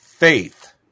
faith